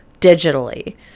digitally